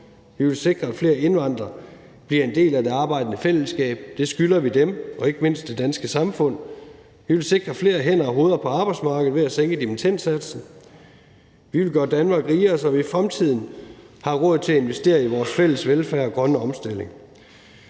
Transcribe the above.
Vi vil sikre, at flere indvandrere bliver en del af det arbejdende fællesskab – det skylder vi dem og ikke mindst det danske samfund; vi vil sikre flere hænder og hoveder på arbejdsmarkedet ved at sænke dimittendsatsen. Vi vil gøre Danmark rigere, så vi i fremtiden har råd til at investere i vores fælles velfærd og grønne omstilling.